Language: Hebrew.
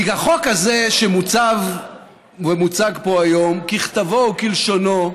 כי החוק הזה שמוצג פה היום, ככתבו וכלשונו,